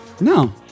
No